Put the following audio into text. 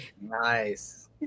Nice